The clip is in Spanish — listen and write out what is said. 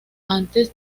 antes